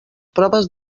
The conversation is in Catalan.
proves